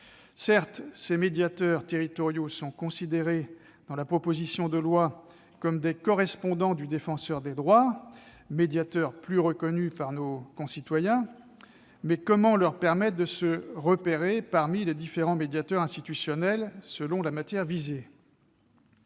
Certes, ces médiateurs territoriaux sont considérés, dans la proposition de loi, comme des « correspondants du Défenseur des droits », médiateur plus reconnu par nos concitoyens, mais comment leur permettre de se repérer parmi les différents médiateurs institutionnels, selon la matière visée ?